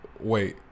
wait